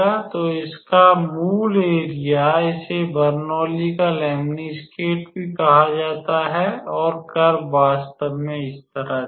तो इसका मूल एरिया इसे बर्नौली का लेमनस्केट भी कहा जाता है और कर्व वास्तव में इस तरह दिखता है